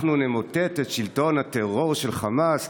אנחנו נמוטט את שלטון הטרור של חמאס.